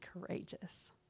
courageous